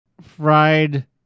Fried